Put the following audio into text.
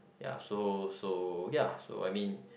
ya so so ya so I mean